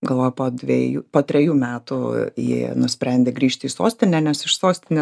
galvoju po dviejų po trejų metų ji nusprendė grįžti į sostinę nes iš sostinė